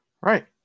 Right